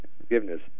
forgiveness